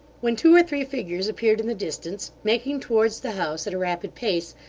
when two or three figures appeared in the distance, making towards the house at a rapid pace,